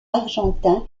argentin